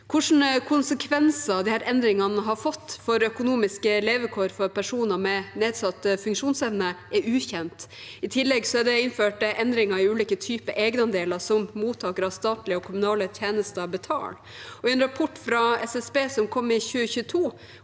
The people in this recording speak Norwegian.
Hvilke konsekvenser disse endringene har fått for økonomiske levekår for personer med nedsatt funksjonsevne, er ukjent. I tillegg er det innført endringer i ulike typer egenandeler som mottaker av statlige og kommunale tjenester betaler. I en rapport fra SSB, som kom i 2022,